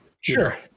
Sure